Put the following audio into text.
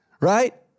right